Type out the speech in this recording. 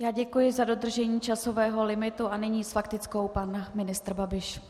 Já děkuji za dodržení časového limitu a nyní s faktickou pan ministr Babiš.